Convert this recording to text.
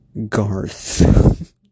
Garth